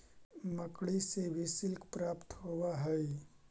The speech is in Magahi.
मकड़ि से भी सिल्क प्राप्त होवऽ हई